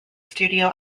studio